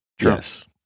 Yes